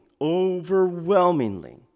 overwhelmingly